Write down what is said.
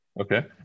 Okay